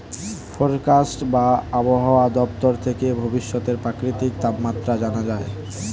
forecast বা আবহাওয়া দপ্তর থেকে ভবিষ্যতের প্রাকৃতিক তাপমাত্রা জানা যায়